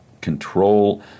control